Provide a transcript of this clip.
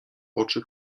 oczy